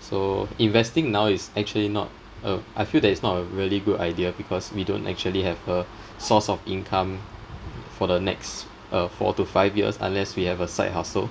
so investing now is actually not a I feel that it's not a really good idea because we don't actually have a source of income for the next four to five years unless we have a side hustle